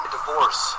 Divorce